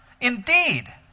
Indeed